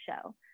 show